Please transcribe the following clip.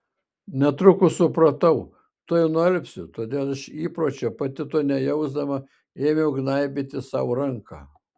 netrukus supratau tuoj nualpsiu todėl iš įpročio pati to nejausdama ėmiau gnaibyti sau ranką